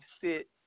sit